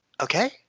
okay